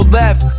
left